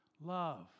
love